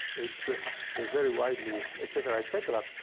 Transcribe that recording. it's ah and very widely et cetera, et cetera.